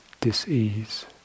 dis-ease